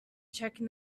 checking